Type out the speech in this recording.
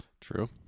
true